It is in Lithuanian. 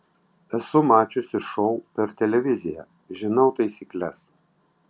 esu mačiusi šou per televiziją žinau taisykles